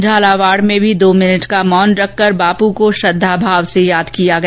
झालावाड़ में भी दो मिनट का मौन रखकर बापू को श्रद्धाभाव से याद किया गया